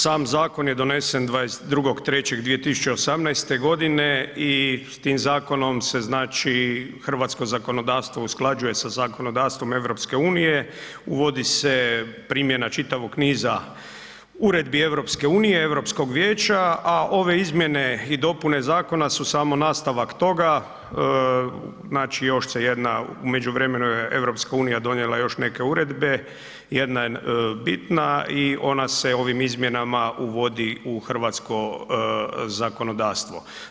Sam zakon je donesen 22.3.2018. godine i s tim zakonom se znači hrvatsko zakonodavstvo usklađuje sa zakonodavstvom EU, uvodi se primjena čitavog niza uredbi EU, Europskog vijeća a ove izmjene i dopune zakona su samo nastavak toga, znači još se jedna, u međuvremenu je EU donijela još neke uredbe, jedna je bitna i ona se ovim izmjenama uvodi u hrvatsko zakonodavstvo.